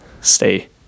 stay